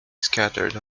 scattered